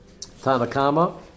Tanakama